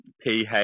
ph